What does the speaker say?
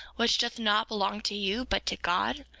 which doth not belong to you but to god,